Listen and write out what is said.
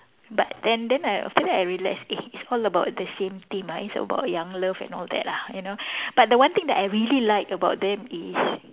but then then I after that I realise eh it's all about the same thing lah it's about young love and all that lah you know but the one thing I really like about them is